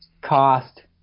cost